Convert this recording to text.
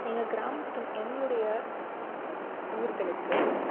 எங்கள் கிராமத்து எங்களுடைய ஊர்களுக்கு